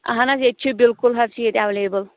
اَہَن حظ ییٚتہِ چھِ بِلکُل حظ چھِ ییٚتہِ ایٚویلیبٔل